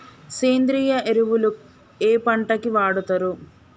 సేంద్రీయ ఎరువులు ఏ పంట కి వాడుతరు?